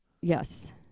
Yes